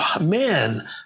Man